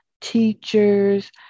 teachers